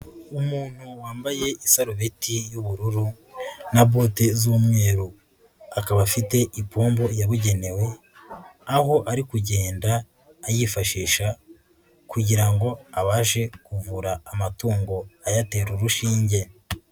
Umuntu wambaye isarubeti y'ubururu na bote z'umweru, akaba afite ipombo yabugenewe aho ari kugenda ayifashisha kugira ngo abashe kuvura amatungo ayatera urushinge.